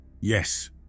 Yes